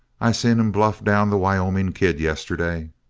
i seen him bluff down the wyoming kid, yesterday.